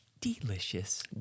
delicious